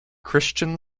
christian